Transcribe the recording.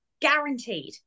guaranteed